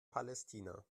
palästina